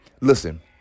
Listen